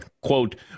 quote